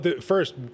first